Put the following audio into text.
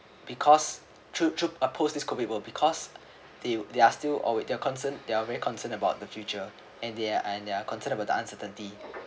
because through through oppose this COVID world because they they are still oh wait they're concerned they're very concerned about the future and they are and they're concern about the uncertainty